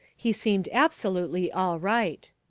he seemed absolutely all right.